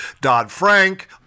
Dodd-Frank